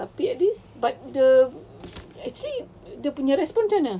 okay lah tapi at least but the actually dia punya response camne